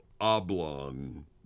oblong